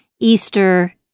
Easter